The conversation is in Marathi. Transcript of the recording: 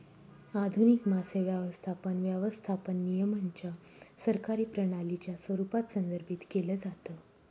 आधुनिक मासे व्यवस्थापन, व्यवस्थापन नियमांच्या सरकारी प्रणालीच्या स्वरूपात संदर्भित केलं जातं